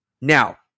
Now